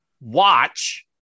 watch